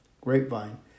grapevine